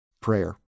Prayer